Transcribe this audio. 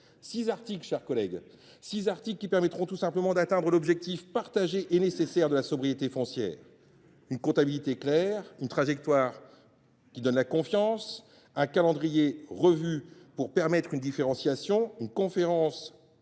locaux. Mes chers collègues, ces six articles permettront tout simplement d’atteindre l’objectif partagé et nécessaire de la sobriété foncière : une comptabilité claire ; une trajectoire qui donne confiance ; un calendrier revu pour permettre une différenciation ; une conférence